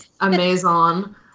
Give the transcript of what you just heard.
Amazon